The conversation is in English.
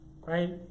Right